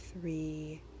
three